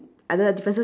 other differences